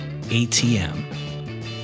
ATM